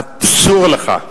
אסור לך,